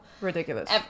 ridiculous